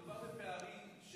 מדובר בפערים.